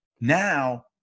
now